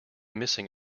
missing